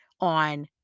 on